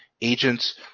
agents